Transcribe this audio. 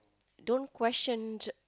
don't question to